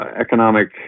economic